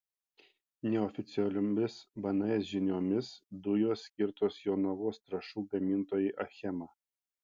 neoficialiomis bns žiniomis dujos skirtos jonavos trąšų gamintojai achema